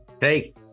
Hey